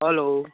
hello